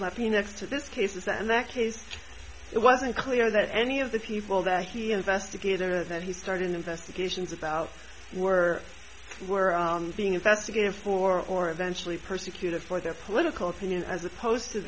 might be next to this case is that in that case it wasn't clear that any of the people that he investigated or that he started investigations about were were being investigated for or eventually persecuted for their political opinions as opposed to